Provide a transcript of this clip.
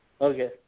Okay